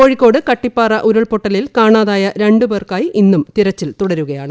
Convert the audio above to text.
കോഴിക്കോട് കട്ടിപ്പാറ ഉരുൾപ്പൊട്ടലിൽ കാണാതായ രണ്ട് പേർക്കായി ഇന്നും തിരച്ചിൽ തുടരുകയാണ്